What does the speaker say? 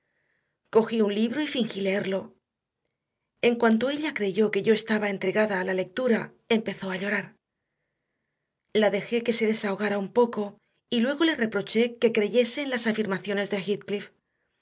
cogí un libro y fingí leerlo en cuanto ella creyó que yo estaba entregada a la lectura empezó a llorar la dejé que se desahogara un poco y luego le reproché el que creyese en las afirmaciones de